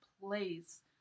place